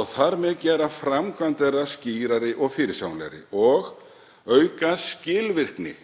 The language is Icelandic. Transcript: og þar með gera framkvæmd þeirra skýrari og fyrirsjáanlegri og auka skilvirkni